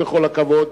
בכל הכבוד,